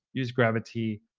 use gravity,